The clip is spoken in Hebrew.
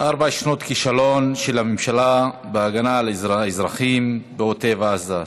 ארבע שנות כישלון של הממשלה בהגנה על אזרחים בעוטף עזה,